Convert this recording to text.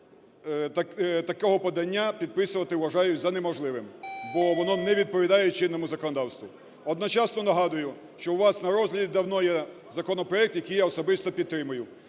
такого подання, підписувати, вважаю, за неможливим, бо воно не відповідає чинному законодавству. Одночасно нагадую, що у вас на розгляді давно є законопроект, який я особисто підтримую.